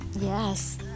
Yes